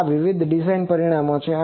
આ વિવિધ ડિઝાઇન પરિમાણો છે